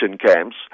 camps